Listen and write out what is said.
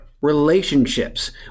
relationships